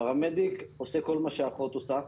פרמדיק עושה כל מה שאחות עושה,